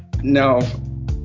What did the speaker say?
No